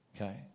Okay